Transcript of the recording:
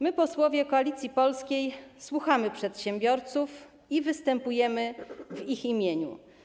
My, posłowie Koalicji Polskiej słuchamy przedsiębiorców i występujemy w ich imieniu.